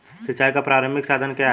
सिंचाई का प्रारंभिक साधन क्या है?